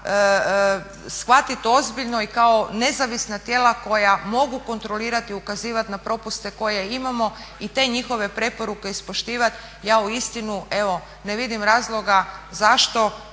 shvatit ozbiljno i kao nezavisna tijela koja mogu kontrolirat i ukazivat na propuste koje imamo i te njihove preporuke ispoštivat, ja uistinu evo ne vidim razloga zašto